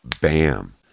bam